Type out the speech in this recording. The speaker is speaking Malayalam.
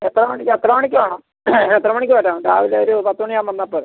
എത്ര മണിക്ക് എത്ര മണിക്ക് വേണം എത്ര മണിക്ക് വരണം രാവിലെ ഒരു പത്ത് മണി ആവുമ്പോൾ വന്നാൽ പോരെ